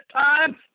time